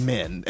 Men